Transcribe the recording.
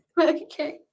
Okay